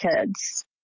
kids